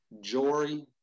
Jory